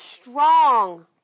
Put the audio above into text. strong